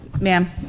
ma'am